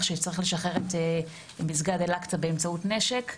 שצריך לשחרר את מסגד אל-אקצא באמצעות נשק.